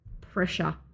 pressure